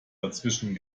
dazwischen